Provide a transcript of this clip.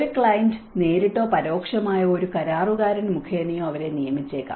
ഒരു ക്ലയന്റ് നേരിട്ടോ പരോക്ഷമായോ ഒരു കരാറുകാരൻ മുഖേനയോ അവരെ നിയമിച്ചേക്കാം